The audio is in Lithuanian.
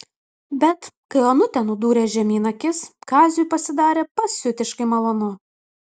bet kai onutė nudūrė žemyn akis kaziui pasidarė pasiutiškai malonu